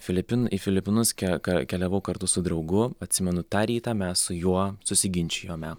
filipinų į filipinus kiek keliavau kartu su draugu atsimenu tą rytą mes su juo susiginčijome